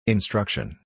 Instruction